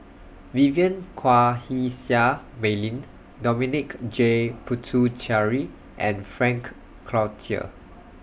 Vivien Quahe Seah Mei Lin Dominic J Puthucheary and Frank Cloutier